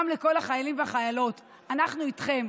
גם לכל החיילים והחיילות: אנחנו איתכם.